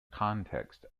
context